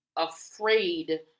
afraid